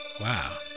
Wow